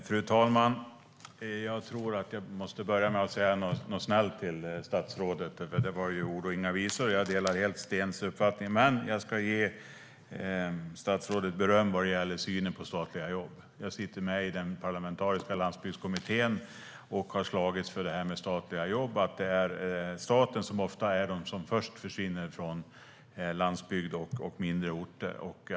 Fru talman! Jag tror att jag måste börja med att säga något snällt till statsrådet, för detta var ord och inga visor. Jag delar helt Stens uppfattning, men jag ska ge statsrådet beröm vad det gäller synen på statliga jobb. Jag sitter i Parlamentariska landsbygdskommittén och har slagits för det här med statliga jobb. Det är staten som ofta först försvinner från landsbygd och mindre orter.